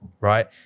right